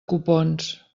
copons